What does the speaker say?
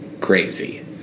crazy